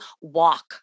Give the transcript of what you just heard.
walk